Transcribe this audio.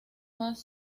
más